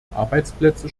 arbeitsplätze